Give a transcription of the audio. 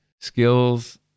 skills